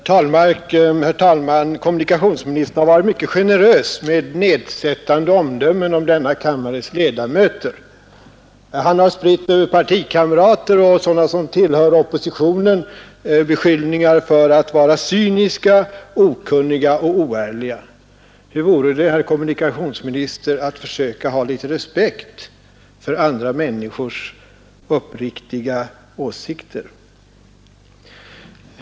Herr talman! Kommunikationsministern har varit mycket generös med nedsättande omdömen om denna kammares ledamöter. Han har beskyllt både partikamrater och sådana som tillhör oppositionen för att vara cyniska, okunniga och oärliga. Hur vore det, herr kommunikationsminister, att försöka ha litet respekt för andra människors uppriktiga åsikter?